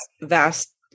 vast